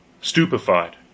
stupefied